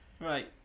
Right